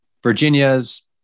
Virginia's